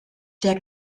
der